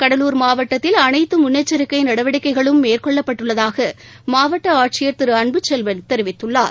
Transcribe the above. கடலூர் மாவட்டத்தில் அனைத்து முன்னெச்சிக்கை நடவடிக்கைகளும் மேற்கொள்ளப்பட்டுள்ளதாக மாவட்ட ஆட்சியர் திரு அன்புச்செல்வன் தெரிவித்துள்ளார்